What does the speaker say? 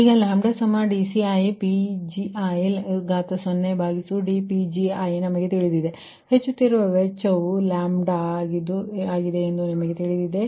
ಈಗ λdCiPgi0dPgi ನಮಗೆ ತಿಳಿದಿದೆ ಹೆಚ್ಚುತ್ತಿರುವ ವೆಚ್ಚವು λ ನಿಮಗೆ ತಿಳಿದಿದೆ